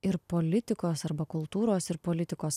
ir politikos arba kultūros ir politikos